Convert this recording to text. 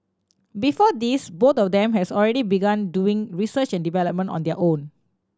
before this both of them has already begun doing research and development on their own